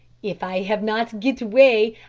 if i have not git away,